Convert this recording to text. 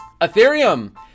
Ethereum